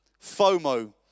FOMO